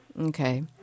Okay